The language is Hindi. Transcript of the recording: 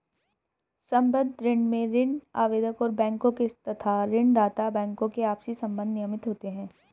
संबद्ध ऋण में ऋण आवेदक और बैंकों के तथा ऋण दाता बैंकों के आपसी संबंध नियमित होते हैं